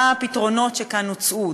מה הפתרונות שכאן הוצעו?